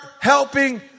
helping